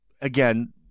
Again